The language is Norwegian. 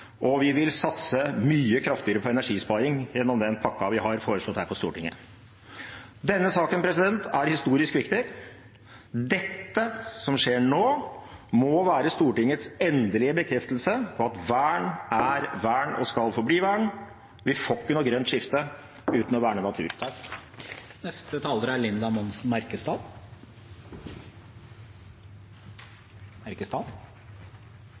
og vi vil satse mye kraftigere på energisparing, gjennom den pakken vi har foreslått her på Stortinget. Denne saken er historisk viktig. Dette som skjer nå, må være Stortingets endelige bekreftelse på at vern er vern, og skal forbli vern. Vi får ikke noe grønt skifte uten